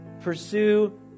pursue